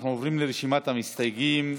אנחנו עוברים לרשימת המסתייגים.